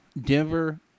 Denver